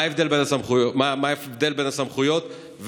מה ההבדל בין הסמכויות,